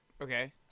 Okay